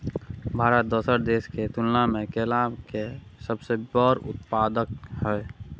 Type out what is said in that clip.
भारत दोसर देश के तुलना में केला के सबसे बड़ उत्पादक हय